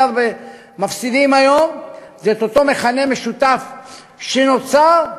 מפסידים היום זה אותו מכנה משותף שנוצר,